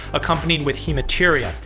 accompanied with hematuria,